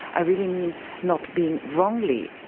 i really mean not being wrongly,